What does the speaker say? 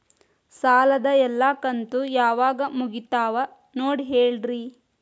ಸಾಲದ ಎಲ್ಲಾ ಕಂತು ಯಾವಾಗ ಮುಗಿತಾವ ನೋಡಿ ಹೇಳ್ರಿ